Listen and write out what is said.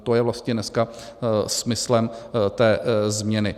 To je vlastně dneska smyslem té změny.